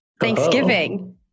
Thanksgiving